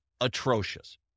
atrocious